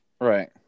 Right